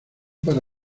para